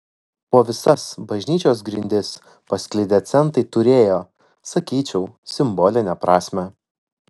po visas bažnyčios grindis pasklidę centai turėjo sakyčiau simbolinę prasmę